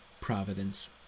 Providence